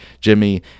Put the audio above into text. Jimmy